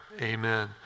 Amen